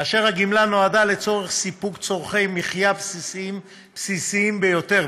כאשר הגמלה נועדה לצורך סיפוק צורכי מחיה בסיסיים ביותר,